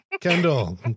Kendall